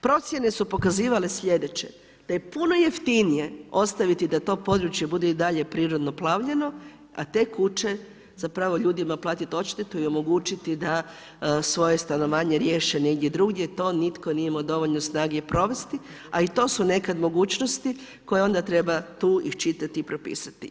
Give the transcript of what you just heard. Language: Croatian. Procjene su pokazivale sljedeće da je puno jeftinije ostaviti da to područje bude i dalje prirodno plavljeno a te kuće zapravo ljudima platiti odštetu i omogućiti da svoje stanovanje riješe negdje drugdje a to nitko nije imao dovoljno snage provesti a i to su nekad mogućnosti koje onda treba tu iščitati i propisati.